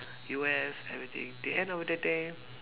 U_S everything the end of the day